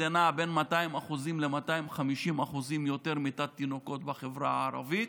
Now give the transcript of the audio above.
נע בין 200% ל-250% יותר מיתת תינוקות בחברה הערבית,